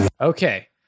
Okay